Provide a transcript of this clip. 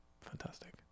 fantastic